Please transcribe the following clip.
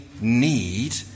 need